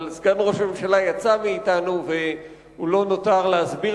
אבל סגן ראש הממשלה יצא מאתנו והוא לא נותר להסביר